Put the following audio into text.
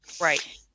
Right